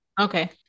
Okay